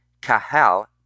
Kahal